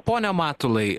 pone matulai